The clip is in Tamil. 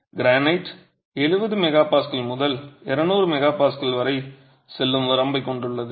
கிரானைட் 70 MPa முதல் 200 MPa வரை செல்லும் வரம்பைக் கொண்டுள்ளது